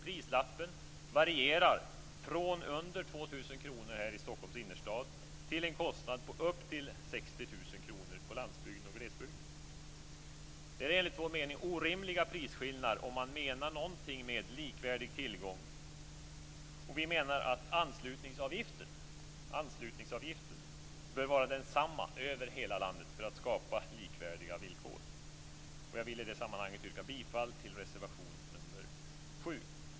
Prislappen varierar från under 2 000 kr i Stockholms innerstad till en kostnad på upp till 60 000 kr på landsbygden och i glesbygden. Det är enligt vår mening orimliga prisskillnader om man menar någonting med likvärdig tillgång. Vi anser att anslutningsavgiften bör vara densamma över hela landet för att man skall skapa likvärdiga villkor. Jag vill i det sammanhanget yrka bifall till reservation nr 7.